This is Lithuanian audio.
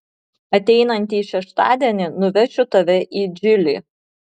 ateinantį šeštadienį nuvešiu tave į džilį